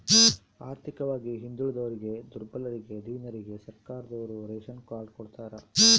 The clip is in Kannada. ಆರ್ಥಿಕವಾಗಿ ಹಿಂದುಳಿದೋರಿಗೆ ದುರ್ಬಲರಿಗೆ ದೀನರಿಗೆ ಸರ್ಕಾರದೋರು ರೇಶನ್ ಕಾರ್ಡ್ ಕೊಡ್ತಾರ